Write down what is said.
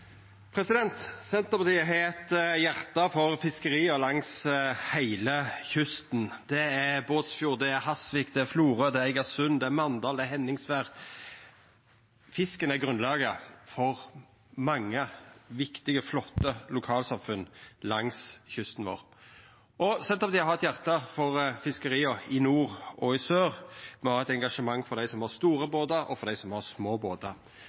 Senterpartiet har eit hjarte for fiskeria langs heile kysten. Anten det er Båtsfjord, Hasvik, Florø, Eigersund, Mandal eller Henningsvær – fisken er grunnlaget for mange viktige, flotte lokalsamfunn langs kysten vår. Senterpartiet har eit hjarte for fiskeria i nord og i sør, og me har eit engasjement for dei som har store båtar, og for dei som har små